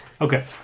Okay